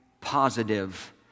positive